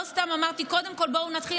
לא סתם אמרתי: קודם כול בואו נתחיל,